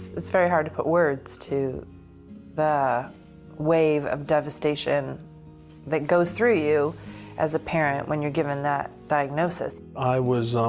its very hard to put words to the wave of devastation that goes through you as a parent when youre given that diagnosis. i was